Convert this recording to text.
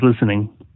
listening